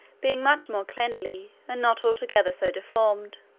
being much more cleanly, and not altogether so deformed